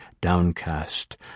downcast